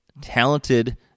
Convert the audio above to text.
talented